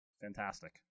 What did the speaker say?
fantastic